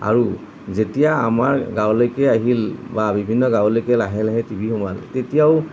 আৰু যেতিয়া আমাৰ গাঁৱলৈকে আহিল বা বিভিন্ন গাঁৱলৈকে লাহে লাহে টিভি সোমাল তেতিয়াও